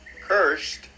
cursed